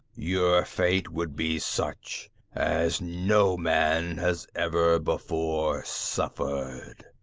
your fate would be such as no man has ever before suffered.